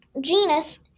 genus